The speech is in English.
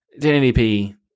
1080p